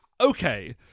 Okay